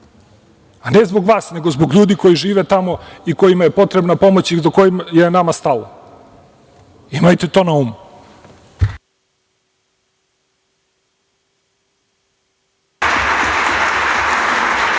a ne zbog vas, nego zbog ljudi koji žive tamo i kojima je potrebna pomoć i do kojih je nama stalo. Imajte to na umu.